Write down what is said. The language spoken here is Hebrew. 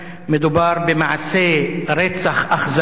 מדובר במעשה רצח אכזרי,